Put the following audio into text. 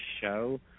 show